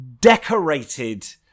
decorated